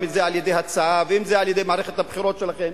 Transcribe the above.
אם על-ידי הצעה ואם על ידי מערכת הבחירות שלכם,